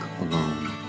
alone